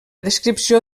descripció